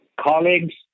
colleagues